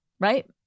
Right